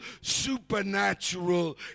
supernatural